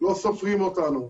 לא סופרים אותנו.